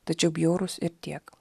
tačiau bjaurūs ir tiek